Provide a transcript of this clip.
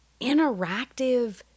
interactive